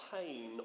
pain